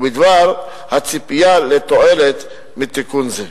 ובדבר הציפייה לתועלת מתיקון זה.